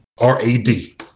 R-A-D